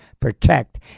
protect